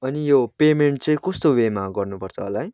अनि यो पेमेन्ट चाहिँ कस्तो वेमा गर्नु पर्छ होला है